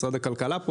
משרד הכלכלה.